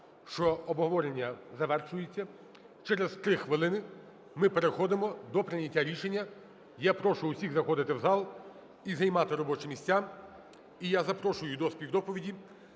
що обговорення завершується. Через 3 хвилини ми переходимо до прийняття рішення. Я прошу всіх заходити в зал і займати робочі місця. І я запрошую до співдоповіді